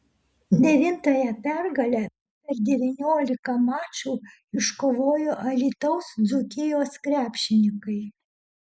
devintąją pergalę per devyniolika mačų iškovojo alytaus dzūkijos krepšininkai